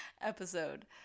episode